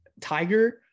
tiger